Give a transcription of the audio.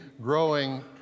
growing